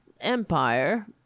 Empire